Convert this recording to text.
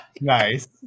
Nice